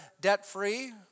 debt-free